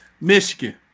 Michigan